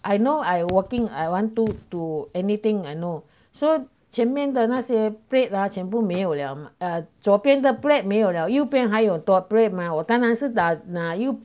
I know I working I want to do anything I know so 前面的那些 plate 啦全部没有了左边的 plate 没有了右边还有很多 plate 吗我当然是那右